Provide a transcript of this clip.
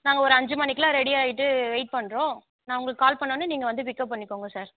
நாங்கள் ஒரு அஞ்சு மணிக்குலாம் ரெடி ஆயிட்டு வெயிட் பண்ணுறோம் நான் உங்களுக்கு கால் பண்ணவோனே நீங்கள் வந்து பிக்கப் பண்ணிக்கோங்க சார்